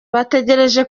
bategereje